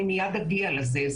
אני מיד אגיע לזה.